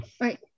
Right